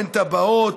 אין תב"עות,